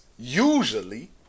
usually